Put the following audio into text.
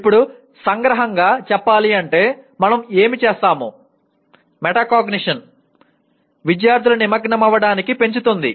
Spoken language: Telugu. ఇప్పుడు సంగ్రహంగా చెప్పాలంటే మనం ఏమి చేస్తాము మెటాకాగ్నిషన్ విద్యార్థుల నిమగ్నమవ్వడాన్ని పెంచుతుంది